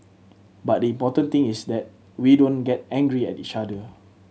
but the important thing is that we don't get angry at each other